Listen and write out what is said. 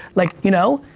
like you know,